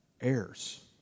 heirs